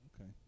Okay